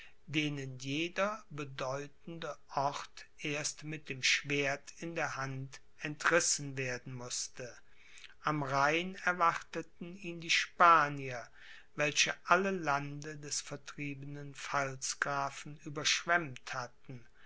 denen jeder bedeutende ort erst mit dem schwert in der hand entrissen werden mußte am rhein erwarteten ihn die spanier welche alle lande des vertriebenen pfalzgrafen überschwemmt hatten